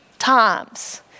times